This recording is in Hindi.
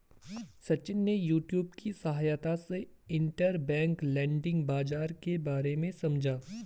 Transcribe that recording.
सचिन ने यूट्यूब की सहायता से इंटरबैंक लैंडिंग बाजार के बारे में समझा